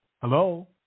Hello